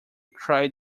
cried